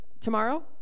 tomorrow